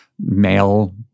male